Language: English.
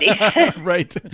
Right